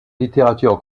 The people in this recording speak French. littérature